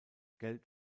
geld